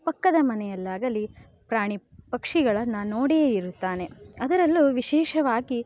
ಪಕ್ಕದ ಮನೆಯಲ್ಲಾಗಲಿ ಪ್ರಾಣಿ ಪಕ್ಷಿಗಳನ್ನು ನೋಡಿಯೇ ಇರುತ್ತಾನೆ ಅದರಲ್ಲೂ ವಿಶೇಷವಾಗಿ